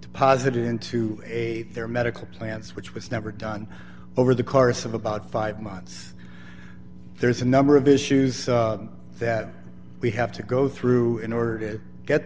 deposited into a their medical plans which was never done over the course of about five months there's a number of issues that we have to go through in order to get